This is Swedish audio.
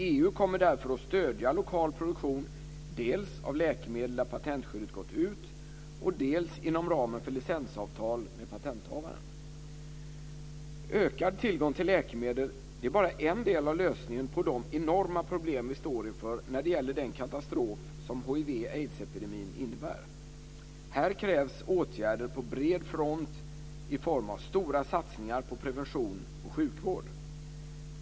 EU kommer därför att stödja lokal produktion dels av läkemedel där patentskyddet gått ut, dels inom ramen för licensavtal med patenthavaren. Ökad tillgång till läkemedel är bara en del av lösningen på de enorma problem vi står inför när det gäller den katastrof som hiv/aids-epidemin innebär. Här krävs åtgärder på bred front i form av stora satsningar på prevention och sjukvård.